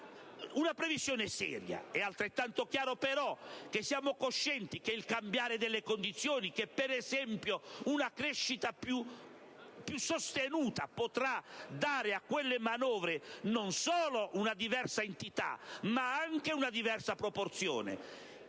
una previsione seria. È altrettanto chiaro però che siamo coscienti che il cambiare delle condizioni, ad esempio una crescita più sostenuta, potrà dare a quelle manovre non solo una diversa entità ma anche una diversa proporzione.